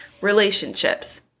relationships